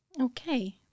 Okay